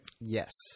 Yes